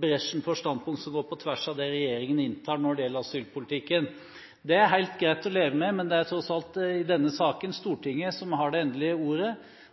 bresjen for standpunkter som går på tvers av det regjeringen inntar når det gjelder asylpolitikken. Det er helt greit å leve med, men det er tross alt Stortinget som har det endelige ordet